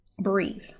breathe